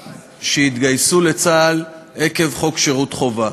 שהתגייסו לצה"ל עקב חוק שירות חובה,